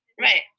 Right